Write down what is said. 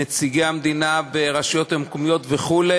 נציגי המדינה ברשויות המקומיות וכו'.